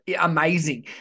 amazing